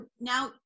now